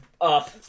up